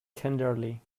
tenderly